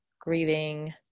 grieving